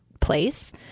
place